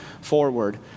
forward